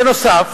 בנוסף,